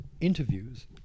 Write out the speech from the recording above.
interviews